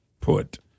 put